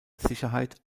sicherheit